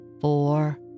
four